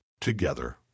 together